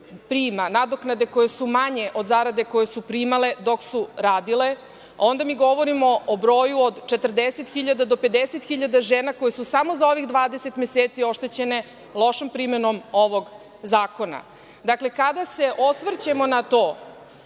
prima nadoknade koje su manje od zarade koju su primale dok su radile, onda mi govorimo o broju od 40 do 50 hiljada žena koje su samo za ovih 20 meseci oštećene lošom primenom ovog zakona. Dakle, kada se osvrćemo na to,